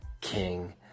king